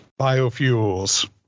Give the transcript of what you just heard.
Biofuels